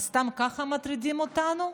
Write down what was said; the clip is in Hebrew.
סתם ככה מטרידים אותנו,